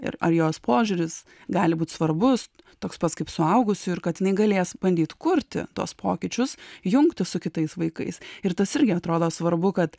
ir ar jos požiūris gali būt svarbus toks pats kaip suaugusių ir kad jinai galės bandyt kurti tuos pokyčius jungtis su kitais vaikais ir tas irgi atrodo svarbu kad